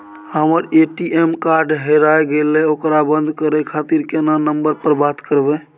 हमर ATM card हेराय गेले ओकरा बंद करे खातिर केना नंबर पर बात करबे?